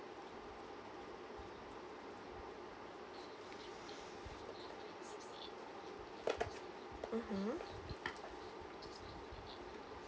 mmhmm